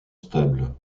stable